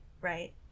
right